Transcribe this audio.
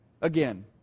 again